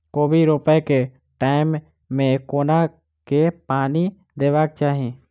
कोबी रोपय केँ टायम मे कोना कऽ पानि देबाक चही?